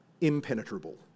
impenetrable